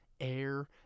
air